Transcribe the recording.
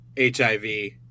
HIV